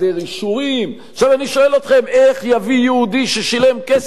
עכשיו אני שואל אתכם: איך יביא יהודי ששילם כסף מלא עבור קרקע